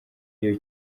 iyo